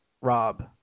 Rob